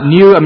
New